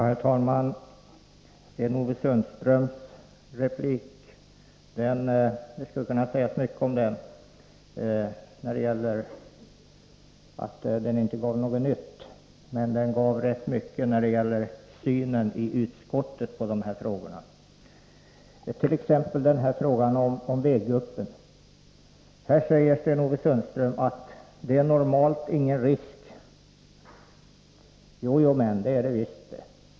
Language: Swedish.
Herr talman! Det skulle kunna sägas mycket om Sten-Ove Sundströms replik. Den gav inte någonting nytt, men den gav rätt mycket när det gällde synen i utskottet på de här frågorna —t.ex. frågan om vägguppen. Sten-Ove Sundström säger att de normalt inte innebär någon risk. Det gör de visst.